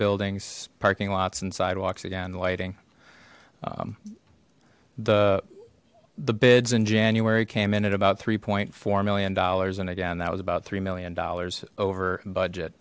buildings parking lots in sidewalks again lighting the the bids in january came in at about three four million dollars and again that was about three million dollars over budget